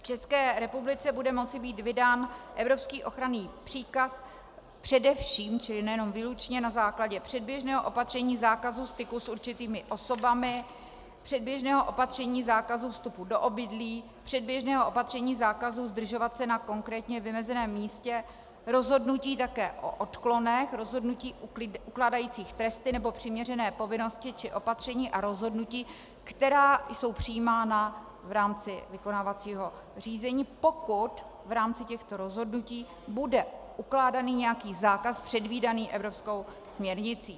V ČR bude moci být vydán evropský ochranný příkaz především, čili nejenom výlučně, na základě předběžného opatření zákazu styku s určitými osobami, předběžného opatření zákazu vstupu do obydlí, předběžného opatření zákazu zdržovat se na konkrétně vymezeném místě, rozhodnutí také o odklonech, rozhodnutí ukládajících tresty nebo přiměřené povinnosti či opatření a rozhodnutí, která jsou přijímána v rámci vykonávacího řízení, pokud v rámci těchto rozhodnutí bude ukládán nějaký zákaz předvídaný evropskou směrnicí.